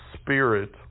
Spirit